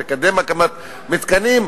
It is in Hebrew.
ולקדם הקמת מתקנים,